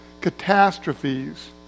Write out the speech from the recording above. catastrophes